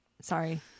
sorry